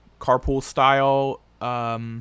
carpool-style